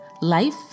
life